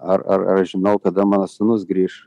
ar ar ar aš žinau kada mano sūnus grįš